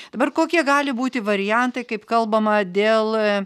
dabar kokie gali būti variantai kaip kalbama dėl